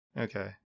okay